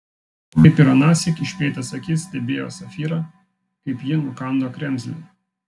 kaip ir anąsyk išplėtęs akis stebėjo safyrą kaip ji nukando kremzlę